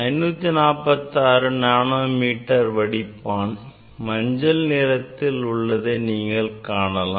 546 nanometre வடிப்பான் மஞ்சள் நிறத்தில் உள்ளதை காணலாம்